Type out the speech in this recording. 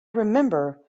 remember